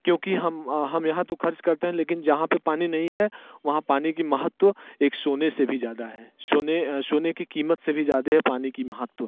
क्योंकि हम हम यहाँ तो खर्च करते हैं लेकिन जहाँ पे पानी नहीं है वहाँ पानी का महत्व एक सोने से भी ज़्यादा है सोने सोने की क़ीमत से भी ज़्यादा है पानी का महत्व